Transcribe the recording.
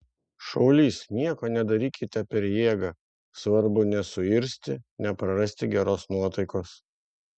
šaulys nieko nedarykite per jėgą svarbu nesuirzti neprarasti geros nuotaikos